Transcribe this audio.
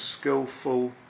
skillful